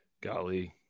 Golly